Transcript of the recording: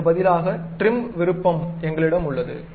அதற்கு பதிலாக டிரிம் விருப்பம் எங்களிடம் உள்ளது